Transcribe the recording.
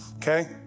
Okay